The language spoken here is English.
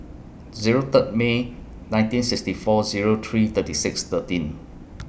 Zero Third May nineteen sixty four Zero three thirty six thirteen